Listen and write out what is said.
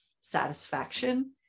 satisfaction